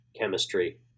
chemistry